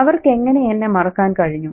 അവർക്ക് എങ്ങനെ എന്നെ മറക്കാൻ കഴിഞ്ഞു